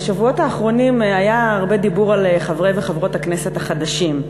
בשבועות האחרונים היה הרבה דיבור על חברי וחברות הכנסת החדשים.